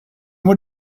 what